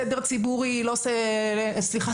סדר ציבורי סליחה,